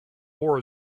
war